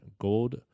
gold